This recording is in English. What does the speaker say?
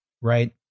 Right